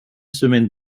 semaine